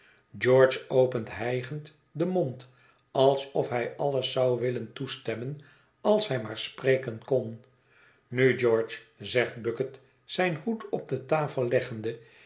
george opent hijgend den mond alsof hij alles zou willen toestemmen als hij maar spreken kon nu george zegt bucket zijn hoed op de tafel leggende